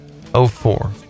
04